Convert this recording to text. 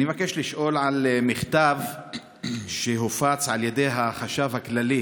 אני מבקש לשאול על מכתב שהופץ על ידי החשב הכללי